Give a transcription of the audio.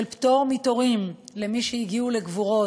של פטור מתורים למי שהגיעו לגבורות.